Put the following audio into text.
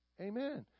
amen